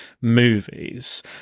movies